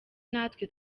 natwe